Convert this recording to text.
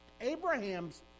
Abraham's